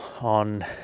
on